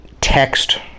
text